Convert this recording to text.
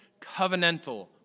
covenantal